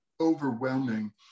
overwhelming